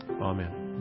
Amen